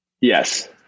yes